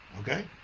Okay